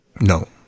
No